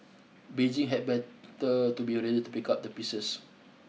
Beijing had better to be ready to pick up the pieces